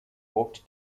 walked